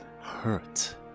hurt